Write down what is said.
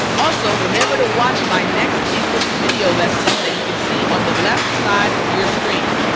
also remember to watch my next english video lesson that you can see on the left side of your screen.